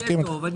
אני מסכים איתך.